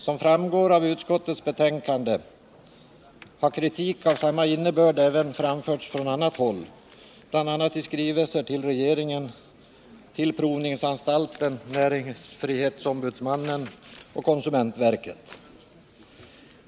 Som framgår av utskottets betänkande har kritik av samma innebörd framförts även från annat håll, bl.a. i skrivelser till regeringen, till provningsanstalten, näringsfrihetsombudsmannen och konsumentverket.